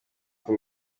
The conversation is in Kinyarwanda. uru